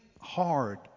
hard